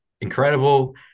incredible